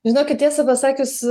žinokit tiesą pasakius